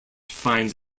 finds